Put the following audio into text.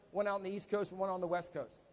one out in the east coast, and one on the west coast.